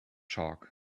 shark